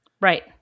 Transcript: right